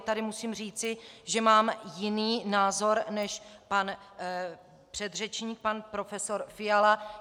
Tady musím říci, že mám jiný názor než pan předřečník pan profesor Fiala.